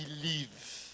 believe